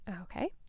Okay